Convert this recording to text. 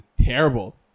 terrible